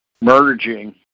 merging